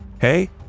Hey